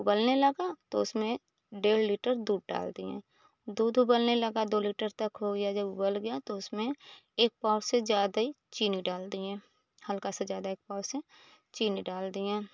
उबलने लगा तो उसमें डेढ़ लीटर दूध डाल दिए दूध उबलने लगा दो लीटर तक हो गया जब उबल गया तो उसमें एक पाव से ज्यादा ही चीनी डाल दिए हल्का सा ज्यादा एक पाव से चीनी डाल दिए